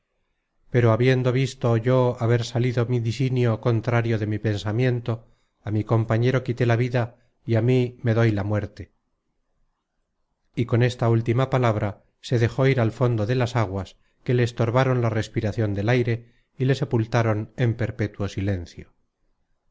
pero habiendo visto yo haber salido mi disinio contrario de mi pensamiento á mi compañero quité la vida y á mí me doy la muerte y con esta última palabra se dejó ir al fondo de las aguas que le estorbaron la respiracion del aire y le sepultaron en perpétuo silencio